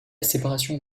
séparation